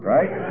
Right